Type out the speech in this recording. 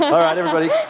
all right, everybody,